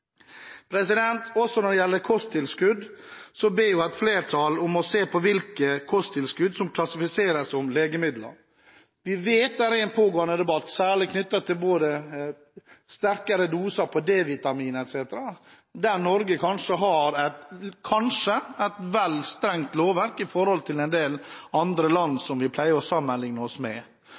Når det gjelder kosttilskudd, så ber et flertall om å se på hvilke kosttilskudd som klassifiseres som legemidler. Vi vet at det er en pågående debatt særlig knyttet til sterkere doser på D-vitamin etc., der Norge – kanskje – har et vel strengt lovverk i forhold til en del andre land som vi pleier å sammenligne oss med.